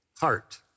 heart